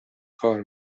کار